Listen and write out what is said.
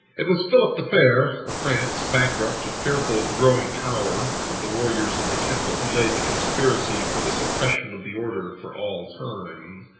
it was philip the fair of france, bankrupt and fearful of the growing power of the warriors of the temple, who laid the conspiracy for the suppression of the order for all time.